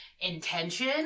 intention